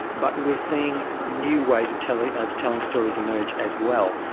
but we're seeing new ways of telling of telling stories emerge as well.